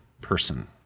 person